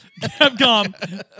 Capcom